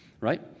right